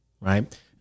right